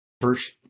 first